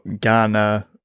Ghana